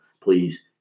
Please